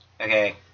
Okay